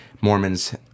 mormons